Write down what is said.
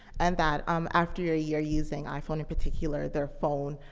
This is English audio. and that, um, after a year, using iphone in particular, their phone,